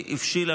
הבשילה